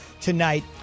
tonight